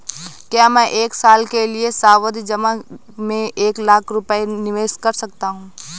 क्या मैं एक साल के लिए सावधि जमा में एक लाख रुपये निवेश कर सकता हूँ?